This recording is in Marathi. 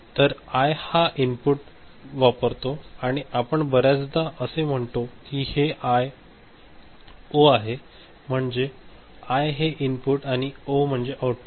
तर आय हा इनपुटसाठी वापरतो आपण बर्याचदा असे म्हणतो की हे आय ओ आहे म्हणजे आय हे इनपुट आणि ओ म्हणजे आउटपुट